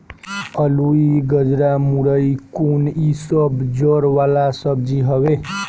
अलुई, गजरा, मूरइ कोन इ सब जड़ वाला सब्जी हवे